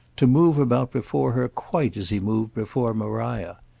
to move about before her quite as he moved before maria.